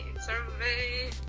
Survey